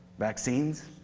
vaccines.